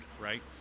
right